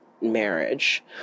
marriage